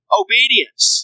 obedience